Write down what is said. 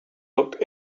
looked